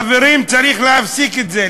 חברים, צריך להפסיק את זה.